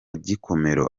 gikomero